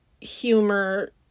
humor